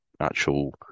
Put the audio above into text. actual